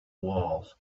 walls